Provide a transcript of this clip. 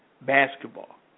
basketball